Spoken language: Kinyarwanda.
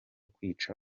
kwica